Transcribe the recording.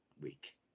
week